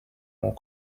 more